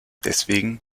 deswegen